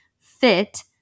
fit